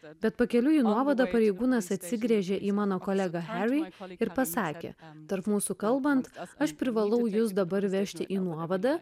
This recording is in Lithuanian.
bet pakeliui į nuovadą pareigūnas atsigręžė į mano kolega hariui ir pasakė tarp mūsų kalbant aš privalau jus dabar vežti į nuovadą